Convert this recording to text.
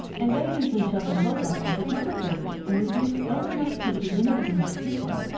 and they usually shut them both up on september thirty and refuse to open them till the beginning of the next season.